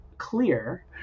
clear